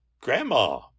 grandma